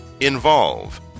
Involve